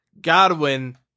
Godwin